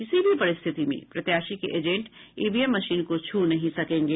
किसी भी परिस्थिति में प्रत्याशी के एजेंट ईवीएम मशीन को छू नहीं सकेंगे